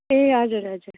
ए हजुर हजुर